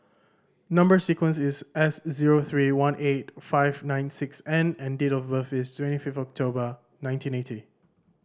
number sequence is S zero three one eight five nine six N and date of birth is twenty five October nineteen ninety